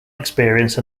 experience